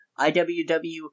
IWW